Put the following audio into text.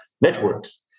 networks